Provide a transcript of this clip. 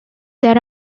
there